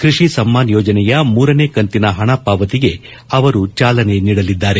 ಕೃಷಿ ಸಮ್ಮಾನ್ ಯೋಜನೆಯ ಮೂರನೇ ಕಂತಿನ ಹಣ ಪಾವತಿಗೆ ಚಾಲನೆ ನೀಡಲಿದ್ದಾರೆ